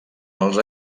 els